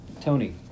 Tony